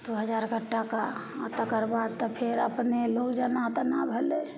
दू हजार कऽ टाका आओर तकर बाद तऽ फेर अपने लोग जेना तेना भेलय